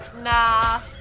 Nah